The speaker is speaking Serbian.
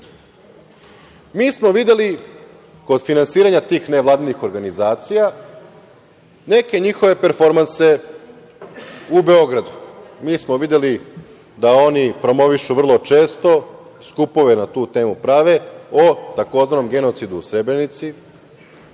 EU.Mi smo videli kod finansiranja tih nevladinih organizacija neke njihove performanse u Beogradu. Mi smo videli da oni promovišu vrlo često, skupove na tu temu prave o tzv. genocidu u Srebrenici,